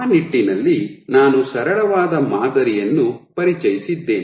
ಆ ನಿಟ್ಟಿನಲ್ಲಿ ನಾನು ಸರಳವಾದ ಮಾದರಿಯನ್ನು ಪರಿಚಯಿಸಿದ್ದೇನೆ